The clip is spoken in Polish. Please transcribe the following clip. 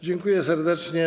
Dziękuję serdecznie.